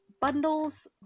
bundles